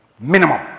Minimum